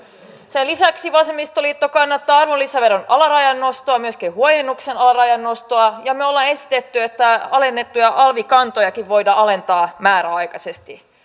sen lisäksi vasemmistoliitto kannattaa arvonlisäveron alarajan nostoa myöskin huojennuksen alarajan nostoa ja me olemme esittäneet että alennettuja alvikantojakin voidaan alentaa määräaikaisesti